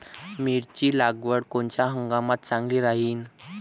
मिरची लागवड कोनच्या हंगामात चांगली राहीन?